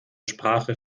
sprache